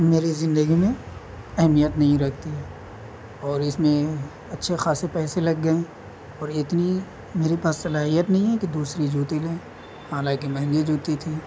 میری زندگی میں اہمیت نہیں رکھتی ہے اور اس میں اچھے خاصے پیسے لگ گئے ہیں اور اتنی میرے پاس صلاحیت نہیں ہے کہ دوسری جوتی لیں حالانکہ مہنگی جوتی تھی